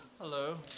Hello